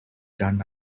done